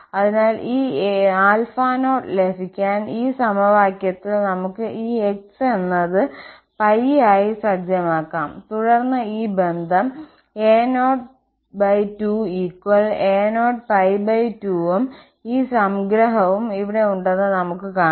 അതിനാൽ ഈ α0 ലഭിക്കാൻ ഈ സമവാക്യത്തിൽ നമുക്ക് ഈ x എന്നത് π ആയി സജ്ജമാക്കാം തുടർന്ന് ഈ ബന്ധം a02 a02 ഉം ഈ സംഗ്രഹവും ഇവിടെ ഉണ്ടെന്ന് നമുക്ക് കാണാം